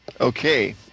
Okay